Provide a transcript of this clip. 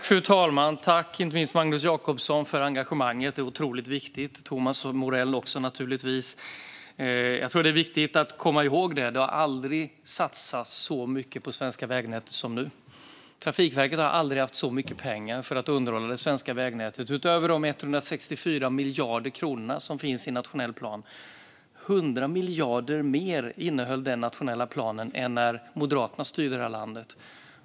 Fru talman! Tack, Magnus Jacobsson och naturligtvis också Thomas Morell, för engagemanget! Det är otroligt viktigt. Det är viktigt att komma ihåg att det aldrig har satsats så mycket på det svenska vägnätet som nu. Trafikverket har aldrig tidigare haft så mycket pengar för att underhålla det svenska vägnätet. Den nationella planen innehåller 100 miljarder mer än när Moderaterna styrde landet.